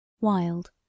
Wild